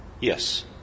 Yes